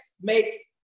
make